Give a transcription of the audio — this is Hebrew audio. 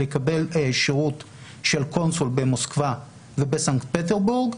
לקבל שירות של קונסול במוסקבה ובסנט פטרסבורג,